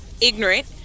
ignorant